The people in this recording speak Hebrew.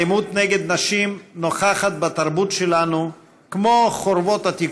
אלימות נגד נשים נוכחת בתרבות שלנו כמו חורבות עתיקות,